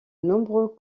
nombreux